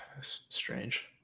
Strange